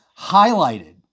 highlighted